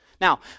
Now